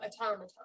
automaton